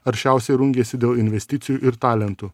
aršiausiai rungiasi dėl investicijų ir talentų